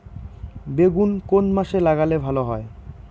বেগুন কোন মাসে লাগালে ভালো হয়?